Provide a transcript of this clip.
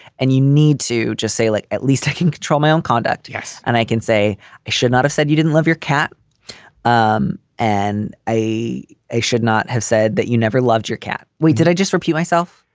and you need to just say, like, at least i can control my own conduct. yes. and i can say i should not have said you didn't love your cat um and a a should not have said that you never loved your cat. we did. i just repeat myself.